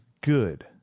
good